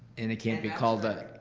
and it can't be called a,